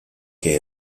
que